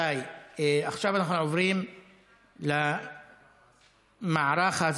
עכשיו אנחנו עוברים להצעה לסדר-היום בנושא: